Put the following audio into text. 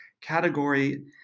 category